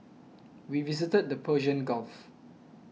we visited the Persian Gulf